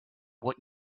what